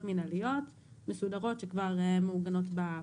מנהליות מסודרות שכבר מעוגנות בפקודה.